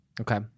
Okay